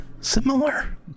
similar